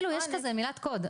כאילו יש איזה שהוא קוד,